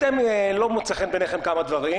לא מוצא חן בעיניכם כמה דברים,